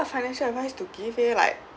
what financial advice to give leh like